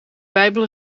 bijbel